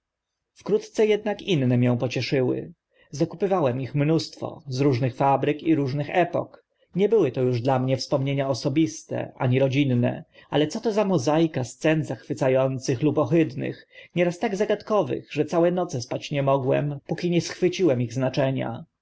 wkrótce ednak inne mię pocieszyły zakupywałem ich mnóstwo z różnych fabryk i różnych epok nie były to uż dla mnie wspomnienia osobiste ani rodzinne ale za to co za mozaika scen zachwyca ących lub ohydnych nieraz tak zagadkowych że całe noce spać nie mogłem póki nie schwyciłem ich znaczenia